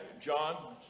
John